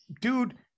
Dude